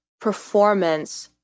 performance